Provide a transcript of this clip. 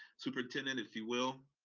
superintendent, if you will,